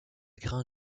grains